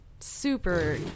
Super